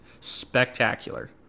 spectacular